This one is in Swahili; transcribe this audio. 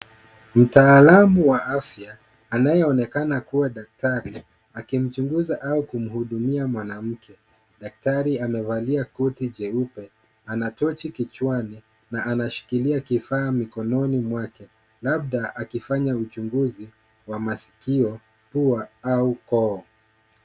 Mutaalamu wa afya anayeonekana kua daktari akimchunguza au kumhudumia mwanamke, daktari amevalia koti jeupe ,ana tochi kichwani na anashikilia kifaa mikononi mwake, labda akifanya uchunguzi wa masikio, pua au koo.